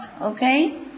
okay